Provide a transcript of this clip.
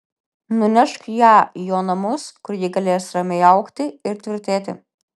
nunešk ją į jo namus kur ji galės ramiai augti ir tvirtėti